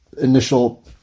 initial